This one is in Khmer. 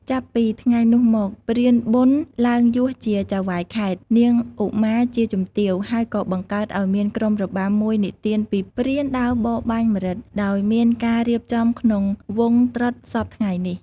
ចាប់ពី ថ្ងៃនោះមក ព្រានប៊ុនឡើងយសជាចៅហ្វាយខេត្ត នាងឧមាជាជំទាវ ហើយក៏បង្កើតឱ្យមានក្រុមរបាំមួយនិទានពីព្រានដើរបរបាញ់ម្រឹត ដូចមានការរៀបចំក្នុងវង់ត្រុដិសព្វថ្ងៃនេះ។